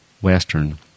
Western